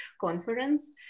conference